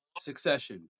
succession